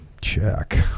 Check